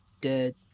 dead